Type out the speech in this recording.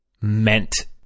meant